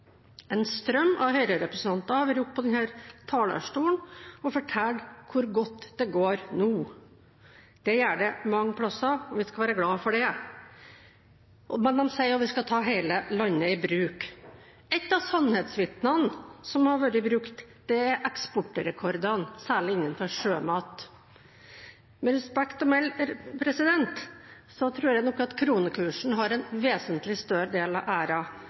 En strøm av Høyre-representanter har vært oppe på denne talerstolen og fortalt hvor godt det går nå. Det gjør det mange steder, og vi skal være glad for det. Men de sier at vi skal ta hele landet i bruk. Ett av sannhetsvitnene som har vært brukt, er eksportrekordene, særlig innenfor sjømat. Med respekt å melde tror jeg nok at kronekursen har en vesentlig større del av